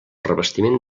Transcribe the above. revestiment